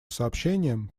сообщениям